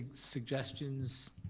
suggestions,